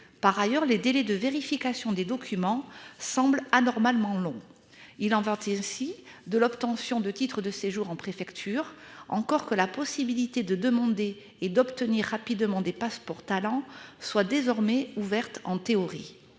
par ailleurs les délais de vérification des documents semble anormalement long il en partie aussi de l'obtention de titre de séjour en préfecture encore que la possibilité de demander et d'obtenir rapidement des passeports talents soit désormais ouverte en théorie.